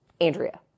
Andrea